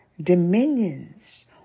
dominions